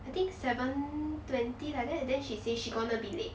I think seven twenty like that then she say she gonna be late